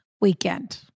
weekend